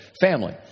family